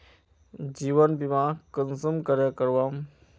जीवन बीमा कुंसम करे करवाम?